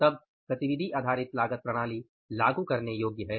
तब एबीसी लागू करने योग्य है